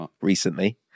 recently